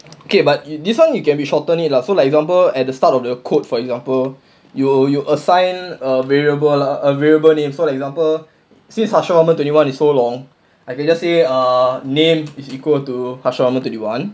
okay but this [one] you can be shorten it lah so like example at the start of the code for example you you assign a variable lah a variable name so like example say such a number twenty one is so long I can just say ah name is equal to harsha number twenty one